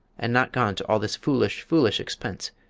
and not gone to all this foolish, foolish expense,